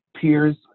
peers